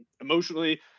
emotionally